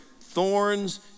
thorns